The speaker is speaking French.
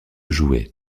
jouets